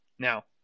Now